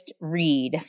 read